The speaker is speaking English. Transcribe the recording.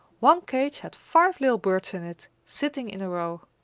one cage had five little birds in it, sitting in a row.